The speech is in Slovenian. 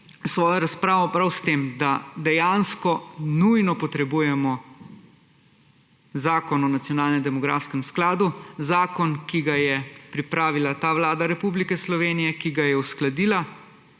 svojo razpravo prav s tem, da dejansko nujno potrebujemo zakon o nacionalnem demografskem skladu, zakon, ki ga je pripravila Vlada Republike Slovenije, ki ga je uskladila